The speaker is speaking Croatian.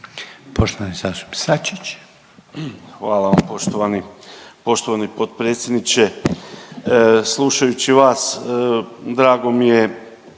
suverenisti)** Hvala vam poštovani potpredsjedniče. Slušajući vas drago mi je